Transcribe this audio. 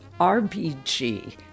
RBG